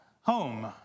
home